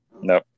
No